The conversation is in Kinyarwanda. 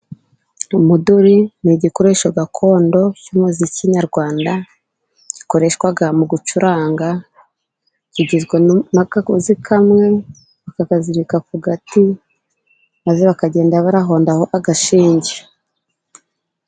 Umuduri ni igikoresho gakondo cy'umuziki nyarwanda, gikoreshwa mu gucuranga kigizwe n'akagozi kamwe, bakakazirika ku gati maze bakagenda barahondaho agashinge.